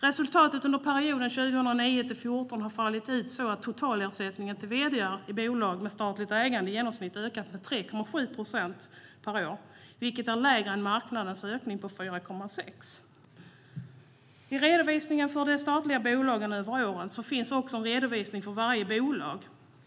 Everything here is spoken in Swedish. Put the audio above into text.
Resultatet under perioden 2009-2014 har fallit ut så att totalersättningen till vd:ar i bolag med statligt ägande i genomsnitt har ökat med 3,7 procent per år, vilket är lägre än marknadens ökning på 4,6 procent. I redovisningen för de statliga bolagen över åren finns också en redovisning för varje bolag.